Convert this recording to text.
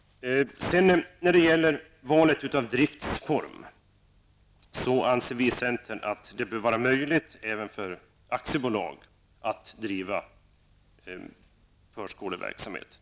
När det gäller valet av driftsform anser vi i centern att det bör vara möjligt även för aktiebolag att driva daghemsverksamhet.